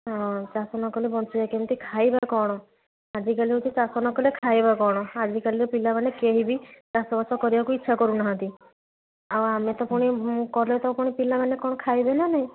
ହଁ ଚାଷ ନ କଲେ ବଞ୍ଚିବା କେମିତି ଖାଇବା କ'ଣ ଆଜିକାଲି ହେଉଛି ଚାଷ ନ କଲେ ଖାଇବା କ'ଣ ଆଜିକାଲିର ପିଲାମାନେ କେହି ବି ଚାଷ ବାସ କରିବାକୁ ଇଚ୍ଛା କରୁ ନାହାନ୍ତି ଆଉ ଆମେ ତ ପୁଣି ମୁଁ କଲେ ତ ପୁଣି ପିଲାମାନେ କ'ଣ ଖାଇବେ ନା ନାହିଁ